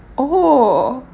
oh